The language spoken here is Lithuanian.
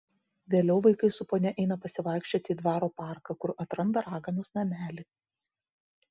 vėliau vaikai su ponia eina pasivaikščioti į dvaro parką kur atranda raganos namelį